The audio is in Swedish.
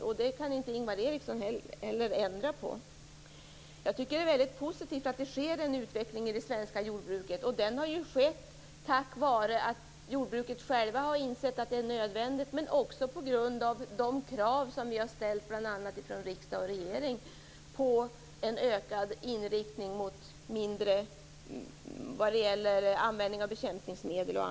Men inte heller Ingvar Eriksson kan ändra på det. Det är positivt att det sker en utveckling inom det svenska jordbruket. Det har skett en utveckling tack vare att jordbrukarna själva har insett att det är nödvändigt men också på grund av de krav som bl.a. riksdagen och regeringen har ställt på en ökad inriktning på minskad användning av bekämpningsmedel etc.